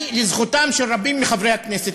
לזכותם של רבים מחברי הכנסת,